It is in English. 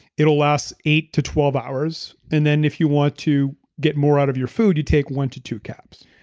it'll last eight to twelve hours. and then if you want to get more out of your food, you take one to two caps.